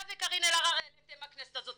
אתה וקארין אלהרר העליתם בכנסת הזאת,